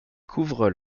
couvrent